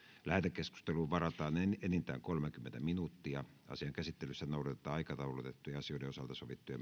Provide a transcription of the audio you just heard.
lähetekeskusteluun varataan enintään kolmekymmentä minuuttia asian käsittelyssä noudatetaan aikataulutettujen asioiden osalta sovittuja